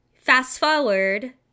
fast-forward